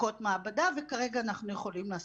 בדיקות מעבדה וכרגע אנחנו יכולים לעשות.